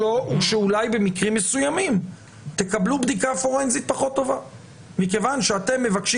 שבמקרים מסוימים תקבלו בדיקה פורנזית פחות טובה מכיוון שאתם מבקשים